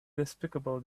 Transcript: despicable